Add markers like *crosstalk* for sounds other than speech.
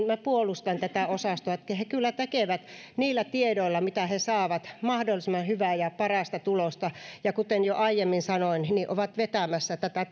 *unintelligible* minä puolustan tätä osastoa he kyllä tekevät niillä tiedoilla mitä saavat mahdollisimman hyvää ja parasta tulosta ja kuten jo aiemmin sanoin he ovat vetämässä tätä *unintelligible*